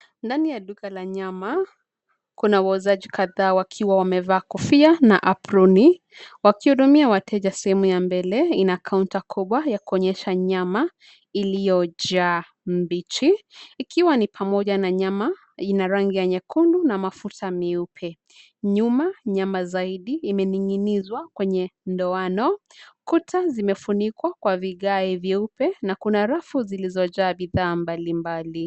Ndani ya duka la nyama kuna wauzaji kadhaa; wakiwa wamevaa kofia na aproni wakihudumia wateja. Sehemu ya mbele ina kaunta kubwa ya kuonyesha nyama iliyojaa mbichi; ikiwa ni pamoja na nyama ina rangi nyekundu na mafuta meupe. Nyuma, nyama zaidi imeninginizwa kwenye ndoano. Kuta zimefunikwa kwa vigae vyeupe na kuna rafu zilizojaa bidhaa mbalimbali.